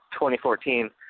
2014